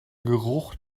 geruch